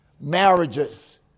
marriages